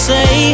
Say